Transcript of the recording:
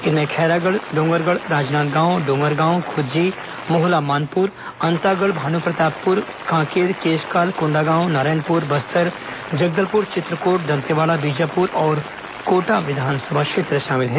इनमें खैरागढ़ डोंगरगढ़ राजनांदगांव डोंगरगांव खूज्जी मोहला मानपूर अंतागढ़ भानुप्रतापपूर कांकेर केशकाल कोंडागांव नारायणपूर बस्तर जगदलपुर चित्रकोट दंतेवाड़ा बीजापुर और कोंटा विधानसभा क्षेत्र शामिल हैं